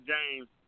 James